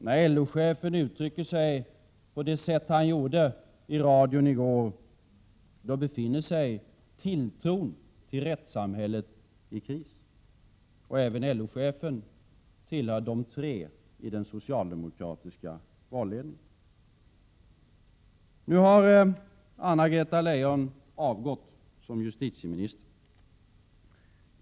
När LO-chefen kunde uttrycka sig på det sätt som han gjorde i radion i går befinner sig tilltron till rättssamhället i kris. Även LO-chefen är en av de tre i den socialdemokratiska valledningen. Nu har Anna-Greta Leijon avgått som justitieminister.